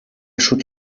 should